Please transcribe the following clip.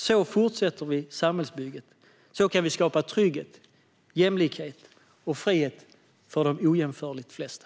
Så fortsätter vi samhällsbygget, och så kan vi skapa trygghet, jämlikhet och frihet för de ojämförligt flesta.